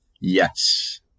Yes